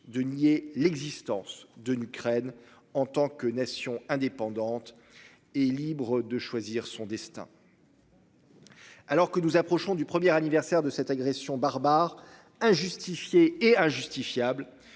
de nier l'existence d'une Ukraine en tant que nation indépendante et libre de choisir son destin. Alors que nous approchons du premier anniversaire de cette agression barbare injustifié et injustifiable.